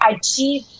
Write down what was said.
achieve